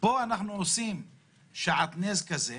יעמדו ככל הניתן בכללים של יציבות,